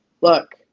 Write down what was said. Look